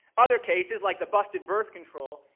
other cases like the busted birth control,